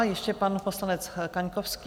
Ještě pan poslanec Kaňkovský.